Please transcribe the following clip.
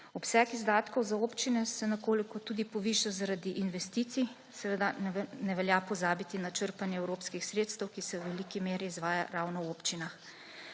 Obseg izdatkov za občine se nekoliko poviša tudi zaradi investicij, seveda ne velja pozabiti na črpanje evropskih sredstev, ki se v veliki meri izvaja ravno v občinah.